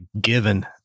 given